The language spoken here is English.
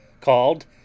called